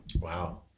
Wow